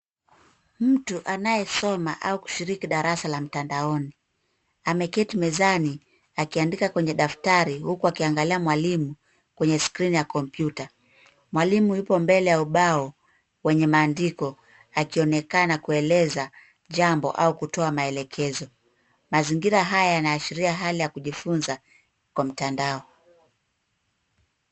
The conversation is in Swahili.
Mtu anayesoma au kushiriki darasa la mtandaoni. Ameketi mezani, akiandika kwenye daftari ,huku akiangalia mwalimu kwenye skrini ya kompyuta. Mwalimu yupo mbele ya ubao wenye maandiko akionekana kueleza jambo au kutoa maelekezo. Mazingira haya yanaashiria hali ya kujifunza kwa mtandao.